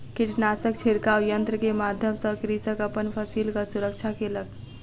कीटनाशक छिड़काव यन्त्र के माध्यम सॅ कृषक अपन फसिलक सुरक्षा केलक